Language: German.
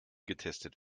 getestet